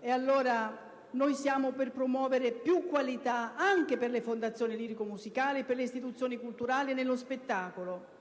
noi siamo allora per promuovere più qualità anche per le fondazioni lirico-musicali, per le istituzioni culturali e dello spettacolo,